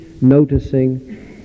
noticing